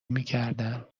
میکردن